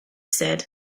said